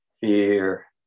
fear